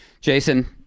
Jason